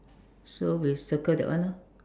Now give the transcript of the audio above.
so we circle that one orh